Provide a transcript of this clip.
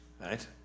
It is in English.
Right